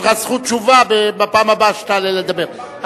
יש לך זכות תשובה בפעם הבאה שתעלה לדבר.